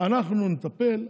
אנחנו נטפל,